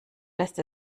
lässt